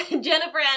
Jennifer